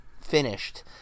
finished